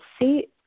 see